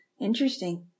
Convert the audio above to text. Interesting